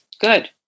good